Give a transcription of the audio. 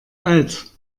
alt